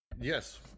yes